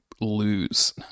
lose